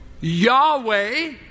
Yahweh